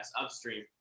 upstream